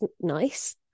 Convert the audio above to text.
nice